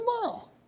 tomorrow